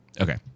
Okay